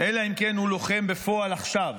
אלא אם כן הוא לוחם בפועל עכשיו.